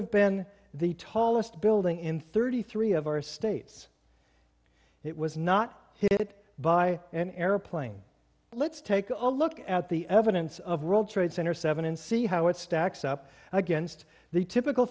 have been the tallest building in thirty three of our states it was not hit by an airplane let's take a look at the evidence of world trade center seven and see how it stacks up against the typical